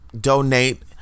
donate